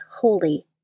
Holy